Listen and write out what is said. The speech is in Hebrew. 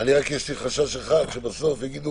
אני יודע, יש לי רק חשש אחד, שבסוף יגידו